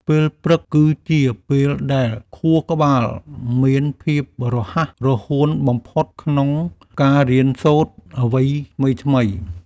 ពេលព្រឹកគឺជាពេលដែលខួរក្បាលមានភាពរហ័សរហួនបំផុតក្នុងការរៀនសូត្រអ្វីថ្មីៗ។